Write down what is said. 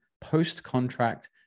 post-contract